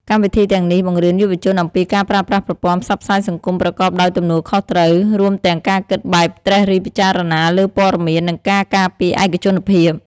កម្មវិធីទាំងនេះបង្រៀនយុវជនអំពីការប្រើប្រាស់ប្រព័ន្ធផ្សព្វផ្សាយសង្គមប្រកបដោយទំនួលខុសត្រូវ រួមទាំងការគិតបែបត្រិះរិះពិចារណាលើព័ត៌មាន និងការការពារឯកជនភាព។